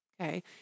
Okay